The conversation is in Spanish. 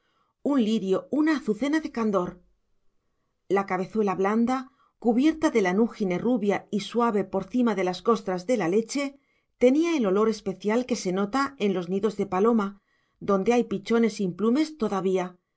un lirio una azucena de candor la cabezuela blanda cubierta de lanúgine rubia y suave por cima de las costras de la leche tenía el olor especial que se nota en los nidos de paloma donde hay pichones implumes todavía